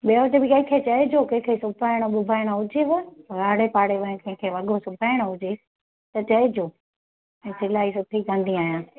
ॿियो वटि बि कंहिंखे चइजो कंहिंखे सिबाइणो वुभायणो हुजेव आड़े पाड़े में कंहिंखे वॻो सिबाइणो हुजे त चइजो की सिलाई सुठी कंदी आहियां